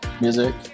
music